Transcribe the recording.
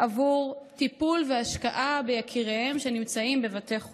עבור טיפול והשקעה ביקיריהם שנמצאים בבתי חולים.